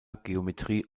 geometrie